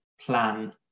plan